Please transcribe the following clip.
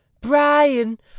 Brian